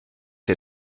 der